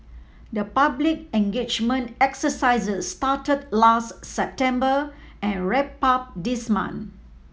the public engagement exercises started last September and wrapped up this month